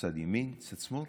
צד ימין וצד שמאל.